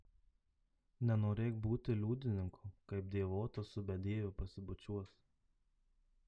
nenorėk būti liudininku kaip dievotas su bedieviu pasibučiuos